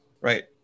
right